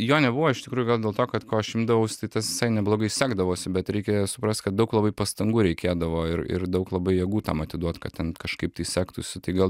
jo nebuvo iš tikrųjų vien dėl to kad ko aš imdavaus tai tas visai neblogai sekdavosi bet reikėjo suprast kad daug labai pastangų reikėdavo ir ir daug labai jėgų tam atiduot kad ten kažkaip tai sektųsi tai gal